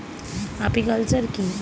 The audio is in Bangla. আপিকালচার কি?